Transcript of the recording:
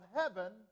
heaven